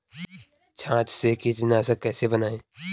छाछ से कीटनाशक कैसे बनाएँ?